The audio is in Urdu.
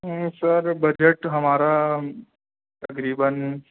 سر بجٹ ہمارا تقریباً